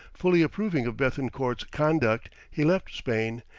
fully approving of bethencourt's conduct, he left spain,